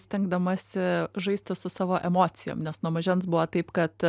stengdamasi žaisti su savo emocijom nes nuo mažens buvo taip kad